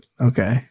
okay